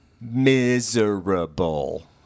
miserable